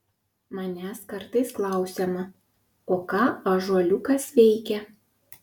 manęs kartais klausiama o ką ąžuoliukas veikia